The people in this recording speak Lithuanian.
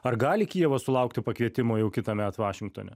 ar gali kijevas sulaukti pakvietimo jau kitąmet vašingtone